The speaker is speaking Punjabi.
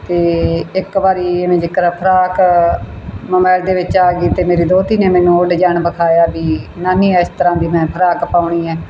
ਅਤੇ ਇੱਕ ਵਾਰ ਫਰਾਕ ਮੋਬਾਈਲ ਦੇ ਵਿੱਚ ਆ ਗਈ ਅਤੇ ਮੇਰੀ ਦੋਹਤੀ ਨੇ ਮੈਨੂੰ ਉਹ ਡਿਜ਼ਾਇਨ ਵਿਖਾਇਆ ਵੀ ਨਾਨੀ ਇਸ ਤਰ੍ਹਾਂ ਦੀ ਮੈਂ ਫਰਾਕ ਪਾਉਣੀ ਹੈ